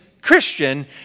Christian